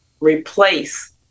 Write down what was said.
replace